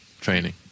training